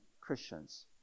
Christians